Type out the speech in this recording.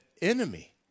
enemy